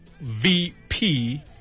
VP